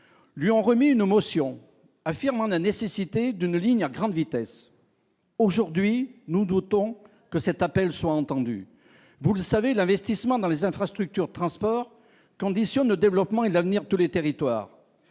lui ont remis une motion affirmant la nécessité de ne lignes à grande vitesse aujourd'hui, nous doutons que cet appel soit entendu, vous le savez, l'investissement dans les infrastructures, transports, conditions de développement et l'avenir tous les territoires,